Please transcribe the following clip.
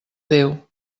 déu